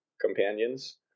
companions